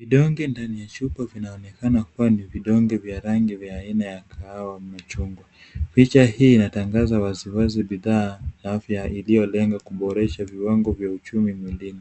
Vidonge ndani ya chupa vinaonekana kuwa ni vidonge vya rangi ya aina ya kahawa na chungwa. Picha hii inatangaza wazi wazi bidhaa ya afya iliyolenga kuboresha viwango vya uchumi mwilini,